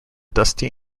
dusty